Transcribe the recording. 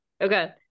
okay